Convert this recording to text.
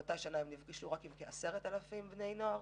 באותה שנה הם נפגשו עם כ-10,000 בני נוער.